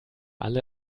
alle